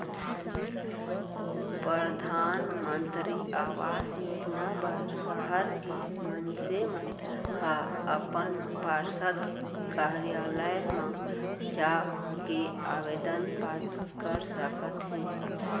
परधानमंतरी आवास योजना बर सहर के मनसे मन ह अपन पार्षद कारयालय म जाके आबेदन पाती कर सकत हे